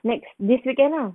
that you suggest lah